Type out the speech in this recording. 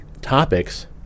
topics